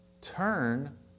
turn